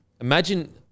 imagine